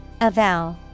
Avow